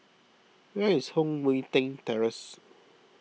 where is Heng Mui Keng Terrace